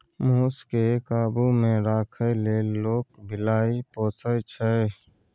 मुस केँ काबु मे राखै लेल लोक बिलाइ पोसय छै